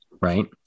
right